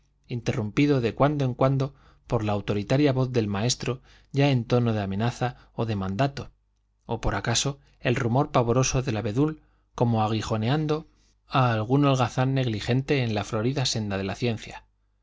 interrumpido de cuando en cuando por la autoritaria voz del maestro ya en tono de amenaza o de mandato o por acaso el rumor pavoroso del abedul como aguijoneando a algún holgazán negligente en la florida senda de la ciencia